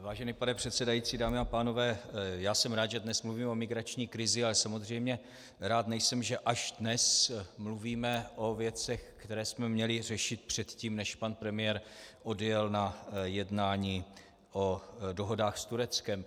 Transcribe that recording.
Vážený pane předsedající, dámy a pánové, jsem rád, že dnes mluvíme o migrační krizi, ale samozřejmě rád nejsem, že až dnes mluvíme o věcech, které jsme měli řešit předtím, než pan premiér odjel na jednání o dohodách s Tureckem.